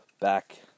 back